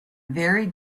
very